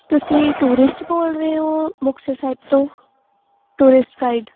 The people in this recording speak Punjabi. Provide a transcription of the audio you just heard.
ਤੁਸੀਂ ਟੂਰਿਸਟ ਬੋਲ ਰਹੇ ਹੋ ਮੁਕਤਸਰ ਸਾਹਿਬ ਤੋਂ ਟੂਰਿਸਟ ਗਾਇਡ